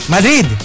Madrid